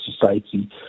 society